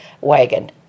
wagon